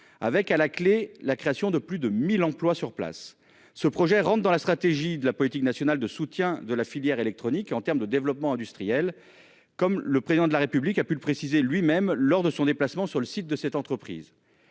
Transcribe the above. avec à la clé la création de plus de 1000 emplois sur place. Ce projet rentre dans la stratégie de la politique nationale de soutien de la filière électronique et en terme de développement industriel comme le président de la République a pu le préciser. Lui-même lors de son déplacement sur le site de cette entreprise.